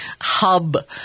hub